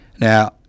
Now